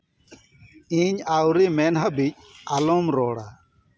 ᱤᱧ ᱟᱹᱣᱨᱤ ᱢᱮᱱ ᱦᱟᱹᱵᱤᱡ ᱟᱞᱚᱢ ᱨᱚᱲᱟ